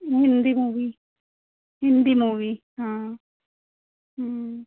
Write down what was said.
Hindi movie Hindi movie हाँ